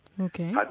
Okay